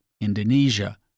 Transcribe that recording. indonesia